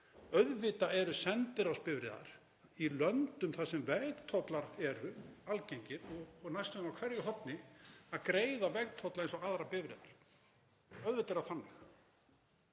Auðvitað eru sendiráðsbifreiðar í löndum þar sem vegtollar eru algengir og næstum á hverju horni að greiða vegtolla eins og aðrar bifreiðar, auðvitað er það þannig.